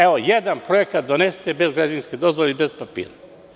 Evo, jedan projekat donesite bez građevinske dozvole i bez papira.